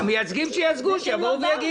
מייצגים שייצגו, שיבואו ויגידו.